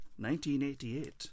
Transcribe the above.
1988